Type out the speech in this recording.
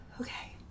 okay